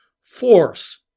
force